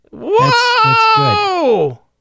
Whoa